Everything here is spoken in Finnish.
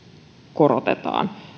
korotetaan